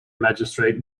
magistrate